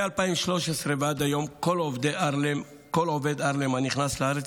מ-2013 ועד היום כל עובד ארל"מ הנכנס לארץ